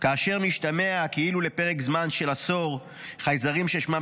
כאשר משתמע כאילו לפרק זמן של עשור חייזרים ששמם